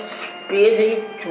spirit